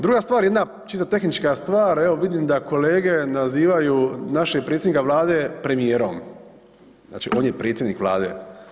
Druga stvar jedna, čisto tehnička stvar, evo vidim da kolege nazivaju našeg predsjednika Vlade premijerom, znači on je predsjednik Vlade.